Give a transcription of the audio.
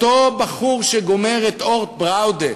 אותו בחור שגומר את "אורט בראודה",